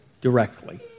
directly